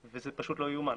וזה פשוט לא ייאמן.